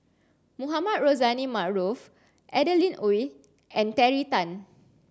Mohamed Rozani Maarof Adeline Ooi and Terry Tan